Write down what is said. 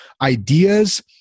ideas